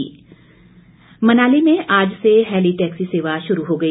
heli taxi Manali में आज से हैली टैक्सी सेवा शुरू हो गई